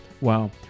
Wow